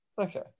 Okay